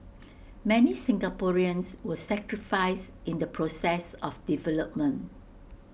many Singaporeans were sacrificed in the process of development